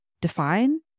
Define